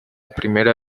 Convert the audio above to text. primera